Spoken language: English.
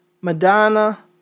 Madonna